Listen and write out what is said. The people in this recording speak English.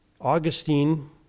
Augustine